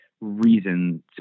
reasons